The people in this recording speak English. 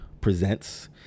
presents